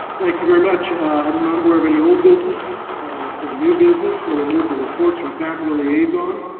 thank you very much. i'm not aware of any old business or new business. so we'll move to reports from faculty liaison.